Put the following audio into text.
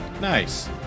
nice